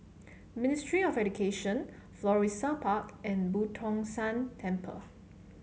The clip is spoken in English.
Ministry of Education Florissa Park and Boo Tong San Temple